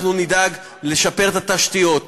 אנחנו נדאג לשפר את התשתיות,